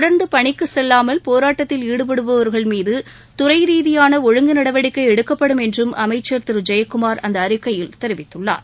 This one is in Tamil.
தொடர்ந்து பணிக்கு செல்லாமல் போராட்டத்தில் ஈடுபடுபவர்கள் மீது துறை ரீதியான ஒழுங்கு நடவடிக்கை எடுக்கப்படும் என்றும் அமைச்சர் திரு ஜெயக்குமார் அந்த அறிக்கையில் தெரிவித்துள்ளார்